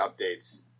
updates